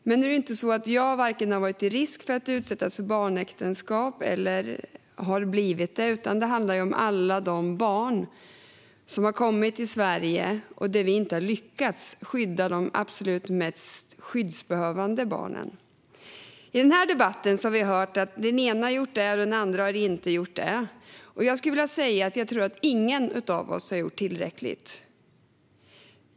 Men nu är det inte så att jag har blivit utsatt för barnäktenskap eller har varit i risk för det, utan det handlar om de barn som har kommit till Sverige - vi har inte lyckats skydda de absolut mest skyddsbehövande barnen. I den här debatten har vi fått höra att den ena har gjort det här och att den andra inte har gjort det där. Jag tror inte att någon av oss har gjort tillräckligt.